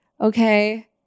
Okay